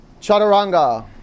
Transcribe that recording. Chaturanga